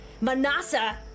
Manasa